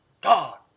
God